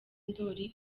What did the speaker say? ndoli